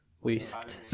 Waste